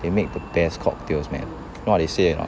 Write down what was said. they made the best cocktails man you know what they say not